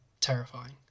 terrifying